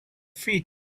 feet